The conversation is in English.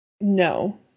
No